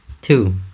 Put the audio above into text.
Two